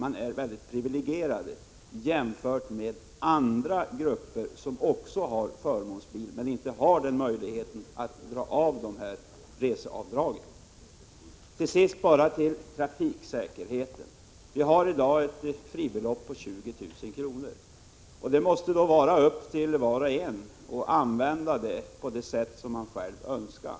De är priviligierade jämfört med andra grupper som också har förmånsbil, men däremot inte har möjlighet att göra reseavdrag i deklarationen. Till sist vill jag säga beträffande trafiksäkerheten att vi i dag föreslår ett fribelopp på 20 000 kr. Det måste vara vars och ens ensak att använda det på det sätt man själv önskar.